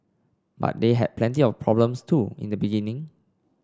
but they had plenty of problems too in the beginning